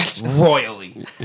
royally